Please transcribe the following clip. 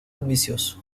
ambicioso